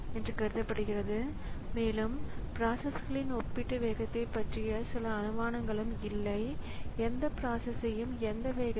எனவே இந்த குறுக்கீடுகள் வரும்போது ஸிபியு குறுக்கீட்டைப் பெறுகிறது மற்றும் இன்டரப்ட் ஹேண்ட்லர்க்கு கட்டுப்பாட்டை மாற்றுகிறது